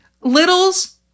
Littles